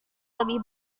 lebih